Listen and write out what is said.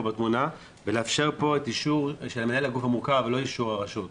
בתמונה ולאפשר את אישור של מנהל הגוף המוכר ולא אישור הרשות.